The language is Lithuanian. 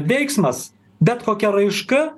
veiksmas bet kokia raiška